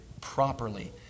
properly